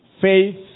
faith